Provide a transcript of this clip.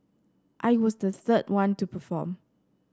I was the third one to perform